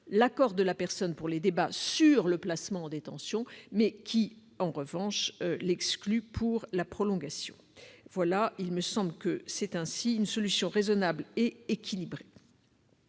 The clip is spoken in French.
l'accord de la personne pour les débats sur le placement en détention, mais l'exclut en revanche pour sa prolongation. Il me semble qu'il s'agit d'une solution raisonnable et équilibrée.